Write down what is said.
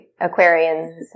Aquarians